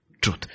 truth